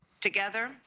Together